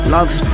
Love